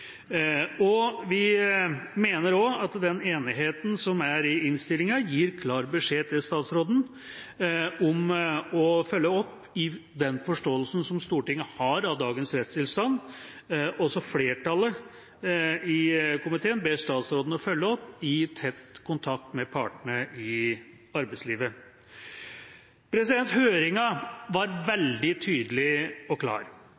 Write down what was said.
Vi mener også at den enigheten som er i innstillinga, gir klar beskjed til statsråden om å følge opp den forståelsen som Stortinget har av dagens rettstilstand. Også flertallet i komiteen ber statsråden følge opp i tett kontakt med partene i arbeidslivet. Høringa var veldig tydelig og klar.